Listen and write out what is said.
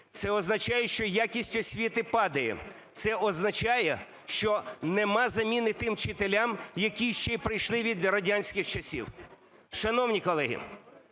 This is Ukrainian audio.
це означає, що якість освіти падає. Це означає, що немає заміни тим вчителям, які ще прийшли від радянських часів. Шановні колеги,